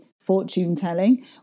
fortune-telling